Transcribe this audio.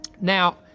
Now